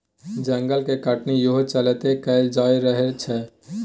जंगल के कटनी इहो चलते कएल जा रहल छै